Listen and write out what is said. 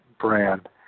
brand